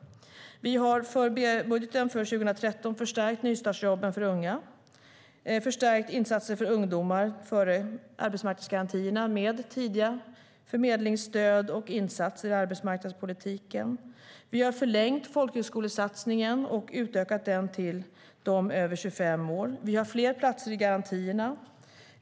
Vi har i budgeten för 2013 förstärkt nystartsjobben för unga och förstärkt insatser för ungdomar före arbetsmarknadsgarantierna med tidiga förmedlingsstöd och insatser i arbetsmarknadspolitiken. Vi har förlängt folkhögskolesatsningen och utökat den till dem över 25 år. Vi har fler platser i garantierna.